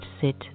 sit